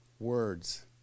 Words